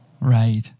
Right